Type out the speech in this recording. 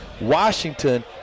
Washington